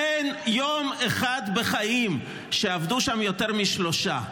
אין יום אחד בחיים שעבדו שם יותר משלושה.